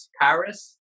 Paris